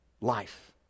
life